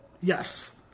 Yes